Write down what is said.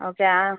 okay ആ